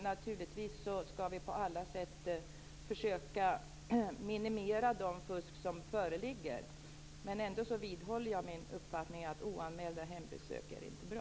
Naturligtvis skall vi på alla sätt försöka minimera det fusk som föreligger, men jag vidhåller ändå min uppfattning att oanmälda hembesök inte är bra.